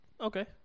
Okay